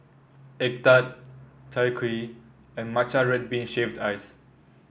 egg tart Chai Kuih and Matcha Red Bean Shaved Ice